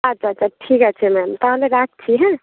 আচ্ছা আচ্ছা ঠিক আছে ম্যাম তাহলে রাখছি হ্যাঁ